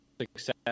success